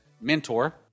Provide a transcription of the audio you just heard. mentor